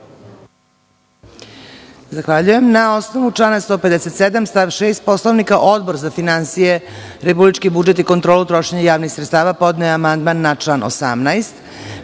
Zahvaljujem. Na osnovu člana 157. stav 6. Poslovnika Odbor za finansije, republički budžet i kontrolu trošenja javnih sredstava podneo je amandman na član